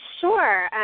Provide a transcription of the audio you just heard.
Sure